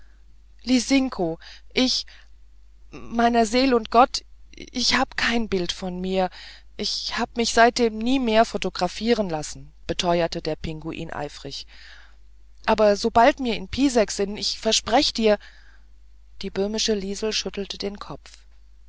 lisinko ich meiner seel und gott ich hab kein bild von mir ich hab mich seitdem nie mehr photographieren lassen beteuerte der pinguin eifrig aber sobald mir in pisek sin verspreche ich dir die böhmische liesel schüttelte den kopf